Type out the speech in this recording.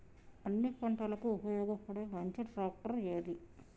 అన్ని పంటలకు ఉపయోగపడే మంచి ట్రాక్టర్ ఏది?